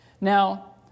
Now